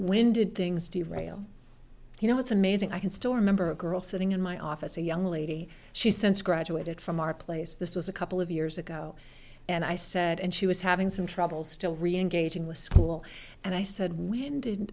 when did things to rail you know it's amazing i can still remember a girl sitting in my office a young lady she sensed graduated from our place this was a couple of years ago and i said and she was having some trouble still reengaging with school and i said when did